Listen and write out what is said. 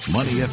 Money